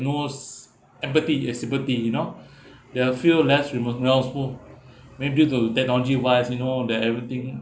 no s~ empathy uh sympathy you know they are feel less remote as well too maybe due to technology wise you know they everything